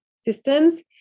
systems